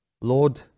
Lord